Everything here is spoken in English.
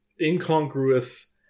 incongruous